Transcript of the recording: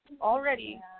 already